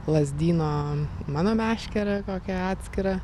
lazdyno mano meškerę kokią atskirą